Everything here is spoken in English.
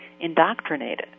indoctrinated